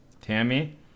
Tammy